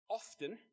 often